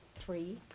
three